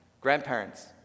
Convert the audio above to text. grandparents